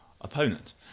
opponent